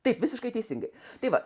taip visiškai teisingai tai va